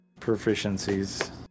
proficiencies